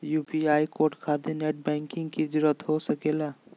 UPI code खातिर net banking की जरूरत हो सके ला?